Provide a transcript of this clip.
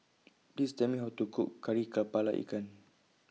Please Tell Me How to Cook Kari Kepala Ikan